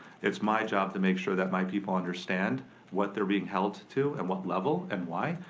it's my job to make sure that my people understand what they're being held to and what level and why.